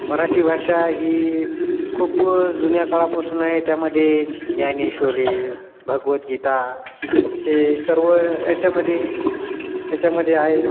मराठी भाषा ही खूप जुन्या काळापासून आहे त्यामध्येे ज्ञानेश्वरी भगवदगीता हे सर्व याच्यामध्ये याच्यामध्ये आहेत